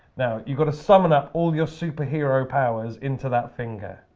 now, you've got to summon up all your superhero powers into that finger.